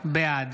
בעד